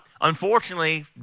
unfortunately